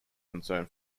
concern